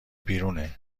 بیرونه